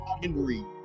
Henry